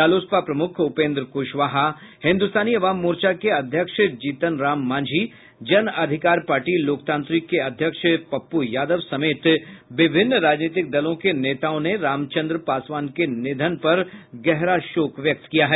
रालोसपा प्रमुख उपेन्द्र कुशवाहा हिन्दुस्तानी अवाम मोर्चा के अध्यक्ष जीतन राम मांझी जन अधिकार पार्टी लोकतांत्रिक के अध्यक्ष पप्प् यादव समेत विभिन्न राजनीतिक दलों के नेताओं ने रामचंद्र पासवान के निधन पर गहरा शोक व्यक्त किया है